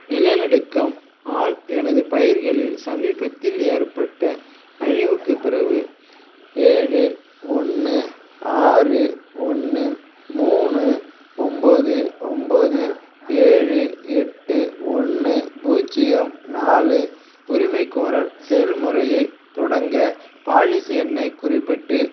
நிலநடுக்கம் ஆல் எனது பயிர்களில் சமீபத்தில் ஏற்பட்ட அழிவுக்குப் பிறகு ஏழு ஒன்று ஆறு ஒன்று மூணு ஒன்போது ஒன்போது ஏழு எட்டு ஒன்று பூஜ்ஜியம் நாலு உரிமைக் கோரல் செயல்முறையைத் தொடங்க பாலிசி எண்ணைக் குறிப்பிட்டு